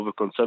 overconsumption